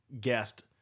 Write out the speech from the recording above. guest